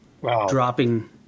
dropping